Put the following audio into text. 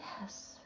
yes